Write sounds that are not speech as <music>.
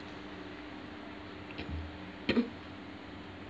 <noise>